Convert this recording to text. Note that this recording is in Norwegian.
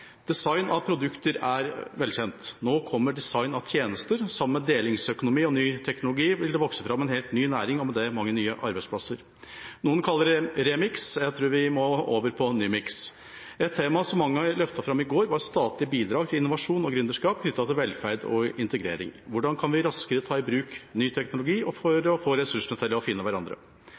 Design av produkter er velkjent. Nå kommer design av tjenester. Sammen med delingsøkonomi og ny teknologi vil det vokse fram en helt ny næring, og med det mange nye arbeidsplasser. Noen kaller det remiks, jeg tror vi må over på «nymiks». Et tema som mange løftet fram i går, var statlige bidrag til innovasjon og gründerskap knyttet til velferd og integrering. Hvordan kan vi raskere ta i bruk ny teknologi for å få ressursene til å finne hverandre?